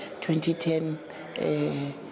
2010